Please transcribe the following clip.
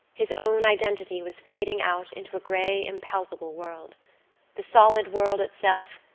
his own identity was fading out into a grey impalpable world the solid world itself,